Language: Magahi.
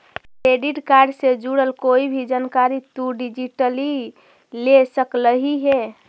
क्रेडिट कार्ड से जुड़ल कोई भी जानकारी तु डिजिटली ले सकलहिं हे